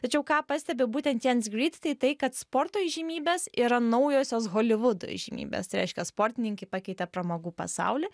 tačiau ką pastebi būtent jens grede tai tai kad sporto įžymybės yra naujosios holivudo įžymybės reiškia sportininkai pakeitė pramogų pasaulį